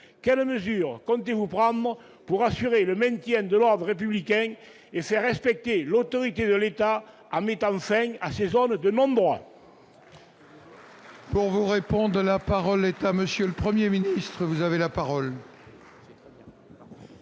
quelles mesures comptez-vous prendre pour assurer le maintien de l'ordre républicain et faire respecter l'autorité de l'État en mettant fin à l'existence de ces zones de non-droit ?